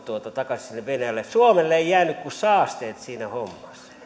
takaisin sinne venäjälle suomelle ei jäänyt kuin saasteet siinä